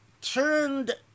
turned